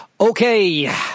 Okay